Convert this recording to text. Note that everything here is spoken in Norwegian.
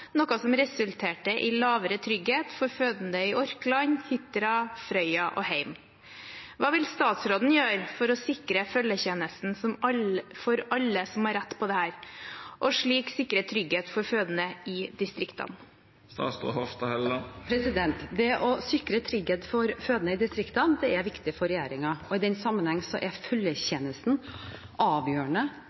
noe som resulterte i lavere trygghet for fødende i Orkland, Hitra, Frøya og Heim. Hva vil statsråden gjøre for å sikre følgetjenesten for alle som har rett på dette, og slik sikre trygghet for fødende i distriktene?» Det å sikre trygghet for fødende i distriktene er viktig for regjeringen, og i den sammenheng er følgetjenesten avgjørende